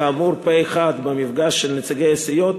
כאמור פה-אחד במפגש של נציגי הסיעות,